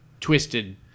twisted